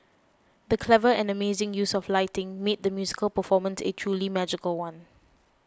the clever and amazing use of lighting made the musical performance a truly magical one